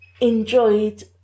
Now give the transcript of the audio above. enjoyed